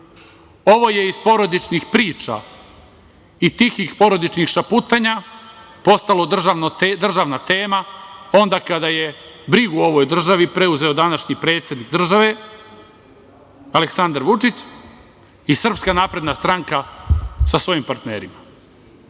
Ovo je iz porodičnih priča i tihih porodičnih šaputanja postalo državna tema onda kada je brigu o ovoj državi preuzeo današnji predsednik države, Aleksandar Vučić i SNS sa svojim partnerima.